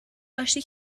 آشتی